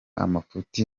amafuti